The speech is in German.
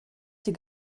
die